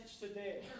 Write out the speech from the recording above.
today